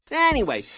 yeah anyway,